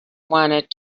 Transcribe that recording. wanted